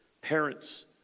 parents